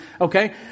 Okay